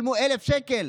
ישלמו 1,000 שקל,